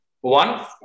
One